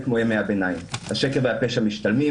כמו בימי הביניים השקר והפשע משתלמים,